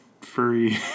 furry